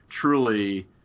truly